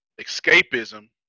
Escapism